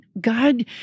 God